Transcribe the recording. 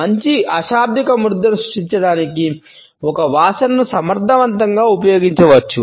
మంచి అశాబ్దిక ముద్రను సృష్టించడానికి ఒక వాసనను సమర్థవంతంగా ఉపయోగించవచ్చు